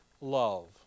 love